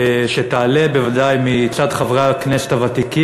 שתעלה בוודאי מצד חברי הכנסת הוותיקים,